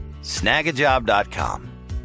Snagajob.com